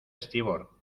estribor